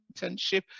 internship